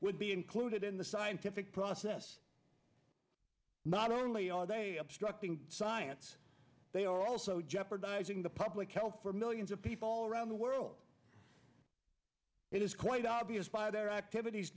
would be included in the scientific process not only are they obstructing science they are also jeopardizing the public health for millions of people all around the world it is quite obvious by their activities